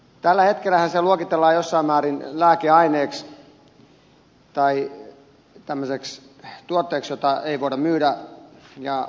tällä hetkellähän se luokitellaan jossain määrin lääkeaineeksi tai tuotteeksi jota ei voida myydä